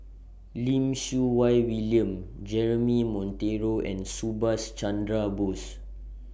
Lim Siew Wai William Jeremy Monteiro and Subhas Chandra Bose